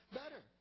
better